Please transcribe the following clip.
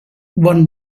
one